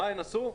ומה הן עשו?